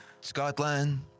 Scotland